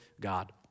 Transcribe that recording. God